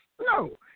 No